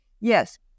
yes